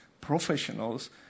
professionals